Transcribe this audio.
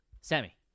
Sammy